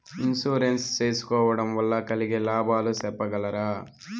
Insurance సేసుకోవడం వల్ల కలిగే లాభాలు సెప్పగలరా?